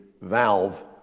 valve